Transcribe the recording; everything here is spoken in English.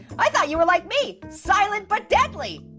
i thought you were like me, silent but deadly.